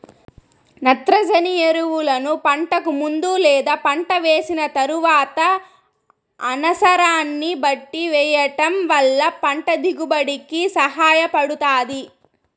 నత్రజని ఎరువులను పంటకు ముందు లేదా పంట వేసిన తరువాత అనసరాన్ని బట్టి వెయ్యటం వల్ల పంట దిగుబడి కి సహాయపడుతాది